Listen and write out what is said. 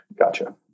Gotcha